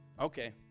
Okay